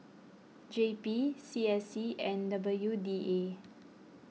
J P C S C and W D A